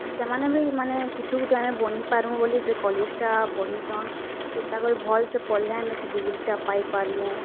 ସେମାନେ ବି ମାନେ କିଛୁ ଗୁଟେ ଆମେ ବନି ପାର୍ମୁଁ ବୋଲି ସେ କଲେଜ୍ ଟା ପଢ଼ିଛନ୍ କି ତାକର ଭଲ୍ ସେ ପଢ଼୍ ଲେ ଆମେ ସେ ଡିଗ୍ରୀଟା ପାଇପାର୍ମୁଁ